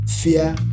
fear